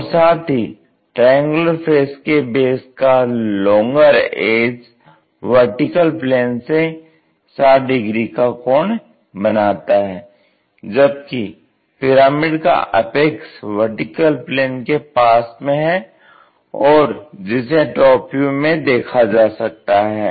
और साथ ही ट्रायंगुलर फेस के बेस का लॉन्गर एज VP से 60 डिग्री का कोण बनाता है जबकि पिरामिड का अपेक्स VP के पास में है और जिसे टॉप व्यू में देखा जा सकता है